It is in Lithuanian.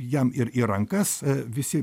jam ir į rankas visi